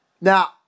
Now